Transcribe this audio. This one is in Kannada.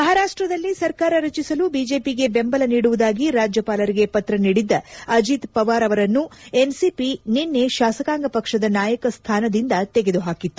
ಮಹಾರಾಷ್ಟದಲ್ಲಿ ಸರ್ಕಾರ ರಚಿಸಲು ಬಿಜೆಪಿಗೆ ಬೆಂಬಲ ನೀಡುವುದಾಗಿ ರಾಜ್ಯಪಾಲರಿಗೆ ಪತ್ರ ನೀಡಿದ್ದ ಅಜಿತ್ ಪವಾರ್ ಅವರನ್ನು ಎನ್ಸಿಪಿ ನಿನ್ನೆ ಶಾಸಕಾಂಗ ಪಕ್ಷದ ನಾಯಕ ಸ್ಥಾನದಿಂದ ತೆಗೆದು ಹಾಕಿತ್ತು